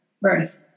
birth